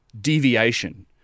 deviation